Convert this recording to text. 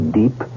deep